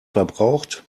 verbraucht